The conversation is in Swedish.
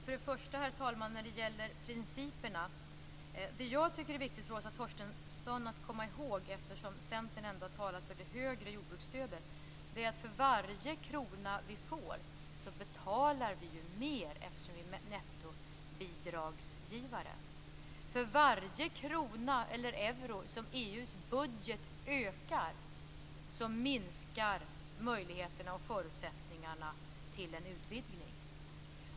Herr talman! När det gäller principerna tycker jag att det är viktigt för Åsa Torstensson - Centern har ju talat för det högre jordbruksstödet - att komma ihåg att för varje krona vi får betalar vi mer eftersom vi är nettobidragsgivare, för varje krona eller euro som EU:s budget ökar minskar möjligheterna och förutsättningarna för en utvidgning.